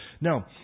Now